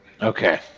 Okay